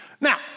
Now